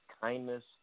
kindness